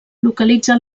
localitza